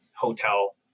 hotel